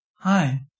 Hi